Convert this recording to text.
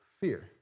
fear